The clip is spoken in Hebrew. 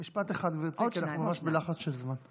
משפט אחד, גברתי, כי אנחנו ממש בלחץ של זמן.